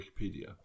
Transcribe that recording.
Wikipedia